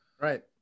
Right